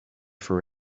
for